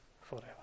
forever